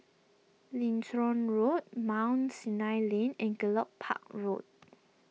Lincoln Road Mount Sinai Lane and Gallop Park Road